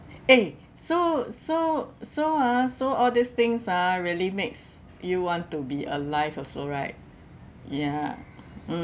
eh so so so ah so all these things ah really makes you want to be alive also right ya mm